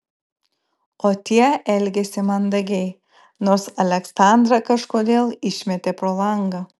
o tie elgėsi mandagiai nors aleksandrą kažkodėl išmetė pro langą